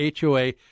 HOA